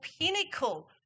pinnacle